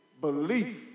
belief